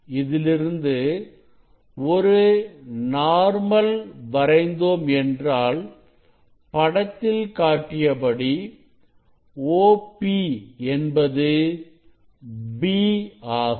இதிலிருந்து ஒரு நார்மல் வரைந்தோம் என்றால் படத்தில் காட்டியபடி OP என்பது b ஆகும்